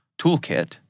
toolkit